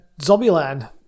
Zombieland